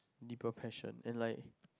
deeper passion and like